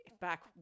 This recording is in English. back